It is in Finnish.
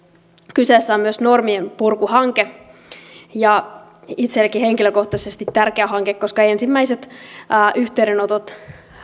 kyseessä on myös normienpurkuhanke ja itsellenikin henkilökohtaisesti tärkeä hanke koska ensimmäiset yhteydenotot